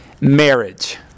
Marriage